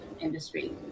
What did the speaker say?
industry